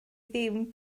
ddim